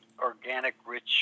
organic-rich